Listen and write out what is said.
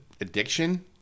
addiction